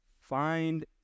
find